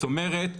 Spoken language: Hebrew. זאת אומרת,